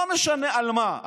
לא משנה על מה,